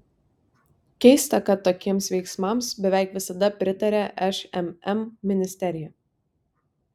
keista kad tokiems veiksmams beveik visada pritaria šmm ministerija